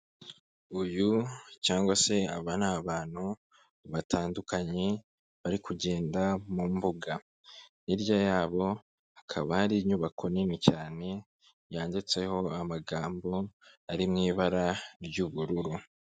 Uyu cyangwa se aba ni abantu batandukanye bari kugenda mu mbuga, hirya yabo hakaba hari inyubako nini cyane yanditseho amagambo ari mu ibara ry'ubururu.